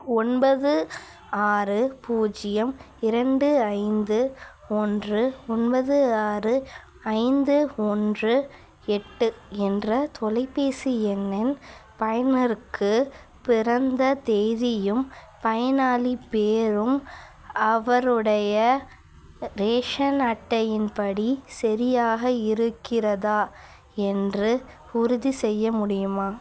ஒன்பது ஆறு பூஜ்ஜியம் இரண்டு ஐந்து ஒன்று ஒன்பது ஆறு ஐந்து ஒன்று எட்டு என்ற தொலைபேசி எண்ணின் பயனருக்கு பிறந்த தேதியும் பயனாளிப் பெயரும் அவருடைய ரேஷன் அட்டையின் படி சரியாக இருக்கிறதா என்று உறுதிசெய்ய முடியுமா